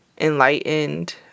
enlightened